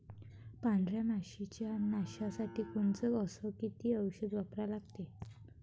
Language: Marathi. पांढऱ्या माशी च्या नाशा साठी कोनचं अस किती औषध वापरा लागते?